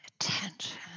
attention